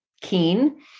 keen